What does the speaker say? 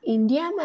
India